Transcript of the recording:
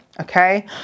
Okay